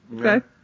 Okay